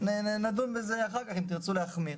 נדון בזה אחר כך אם תרצו להחמיר.